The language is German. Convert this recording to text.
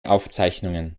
aufzeichnungen